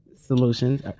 solutions